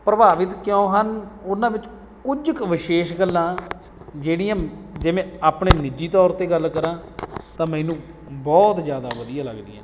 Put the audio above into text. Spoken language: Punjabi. ਪ੍ਰਭਾਵਿਤ ਕਿਉਂ ਹਨ ਉਹਨਾਂ ਵਿੱਚ ਕੁਝ ਕੁ ਵਿਸ਼ੇਸ਼ ਗੱਲਾਂ ਜਿਹੜੀਆਂ ਜਿਵੇਂ ਆਪਣੇ ਨਿੱਜੀ ਤੌਰ 'ਤੇ ਗੱਲ ਕਰਾਂ ਤਾਂ ਮੈਨੂੰ ਬਹੁਤ ਜ਼ਿਆਦਾ ਵਧੀਆ ਲੱਗਦੀਆਂ ਨੇ